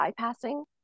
bypassing